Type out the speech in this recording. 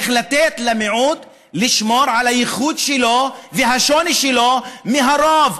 איך לתת למיעוט לשמור על הייחוד שלו והשוני שלו מהרוב.